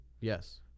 Yes